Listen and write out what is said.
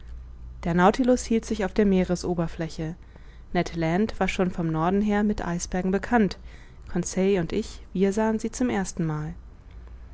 der nautilus hielt sich auf der meeresoberfläche ned land war schon vom norden her mit eisbergen bekannt conseil und ich wir sahen sie zum ersten